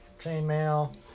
Chainmail